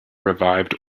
revived